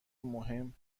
مهم